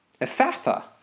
Ephatha